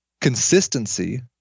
consistency